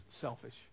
selfish